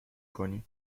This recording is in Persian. کنی